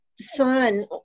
son